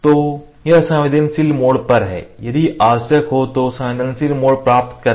तो यह संवेदनशील मोड पर है यदि आवश्यक हो तो संवेदनशील मोड प्राप्त करें